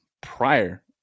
prior